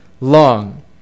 long